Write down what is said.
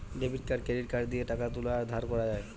debit card credit card দিয়ে টাকা তুলা আর ধার করা যায়